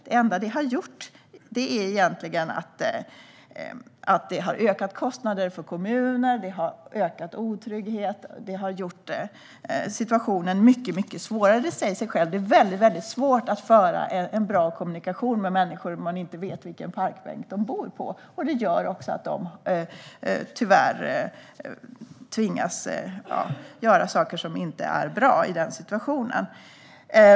Det enda det har gjort är egentligen att det har ökat kostnaderna för kommunerna, ökat otryggheten och gjort situationen mycket svårare. Det säger sig självt att det är väldigt svårt att föra en bra kommunikation med människor när man inte vet vilken parkbänk de bor på. Det gör också att de tyvärr tvingas göra saker som inte är bra i den situationen.